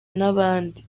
n’abandi